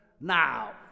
Now